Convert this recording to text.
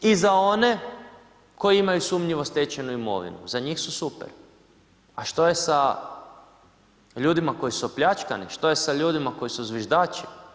I za one koji imaju sumnjivu stečenu imovinu, za njih su super, a što je sa ljudima koji su opljačkani, što je sa ljudima koji su zviždači.